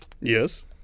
Yes